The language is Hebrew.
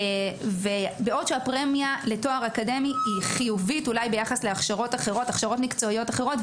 בעוד שהפרמיה לתואר אקדמי היא אולי חיובית ביחס להכשרות מקצועיות אחרות,